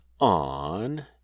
on